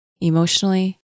emotionally